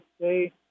say